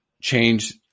change